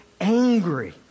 angry